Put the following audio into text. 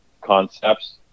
concepts